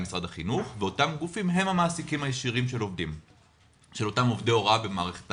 ואותם גופים הם המעסיקים הישירים של אותם עובדי הוראה במערכת,